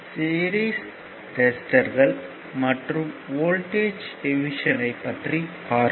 series ரெசிஸ்டர்கள் மற்றும் voltage division ஐ பற்றி பார்ப்போம்